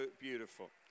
Beautiful